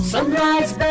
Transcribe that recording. Sunrise